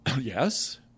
yes